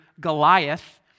Goliath